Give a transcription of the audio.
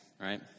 right